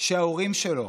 שההורים שלו